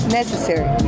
necessary